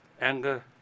anger